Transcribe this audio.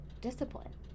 discipline